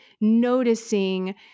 noticing –